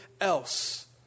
else